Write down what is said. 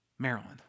Maryland